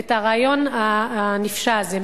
ואת הרעיון הנפשע הזה,